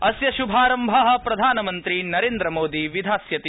अस्य श्भारम्भ प्रधानमन्त्री नरद्वि मोदी विधास्यति